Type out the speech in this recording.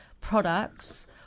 products